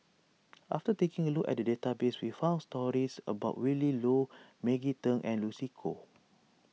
after taking a look at the database we found stories about Willin Low Maggie Teng and Lucy Koh